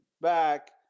back